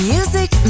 Music